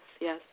yes